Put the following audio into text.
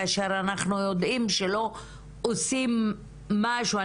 כאשר אנחנו יודעים שלא עושים משהו.